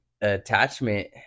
attachment